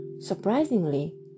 Surprisingly